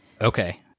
Okay